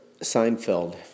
Seinfeld